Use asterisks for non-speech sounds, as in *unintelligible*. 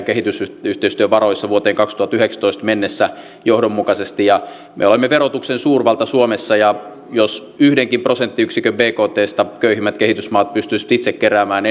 *unintelligible* kehitysyhteistyövaroissa vuoteen kaksituhattayhdeksäntoista mennessä johdonmukaisesti me olemme verotuksen suurvalta suomessa ja jos yhdenkin prosenttiyksikön enemmän bktsta köyhimmät kehitysmaat pystyisivät itse keräämään *unintelligible*